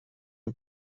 new